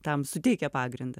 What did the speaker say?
tam suteikia pagrindą